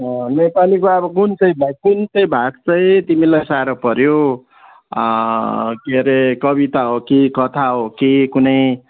अँ नेपालीमा अब कुन चाहिँ भाइ कुन चाहिँ भाग चाहिँ तिमीलाई साह्रो पऱ्यो के अरे कविता हो कि कथा हो कि कुनै